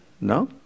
No